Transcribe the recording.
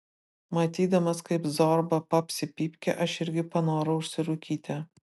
matydamas kaip zorba papsi pypkę aš irgi panorau užsirūkyti